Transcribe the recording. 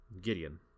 Gideon